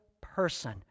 person